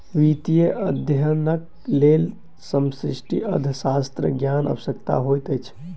वित्तीय अध्ययनक लेल समष्टि अर्थशास्त्रक ज्ञान आवश्यक होइत अछि